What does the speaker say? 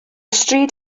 stryd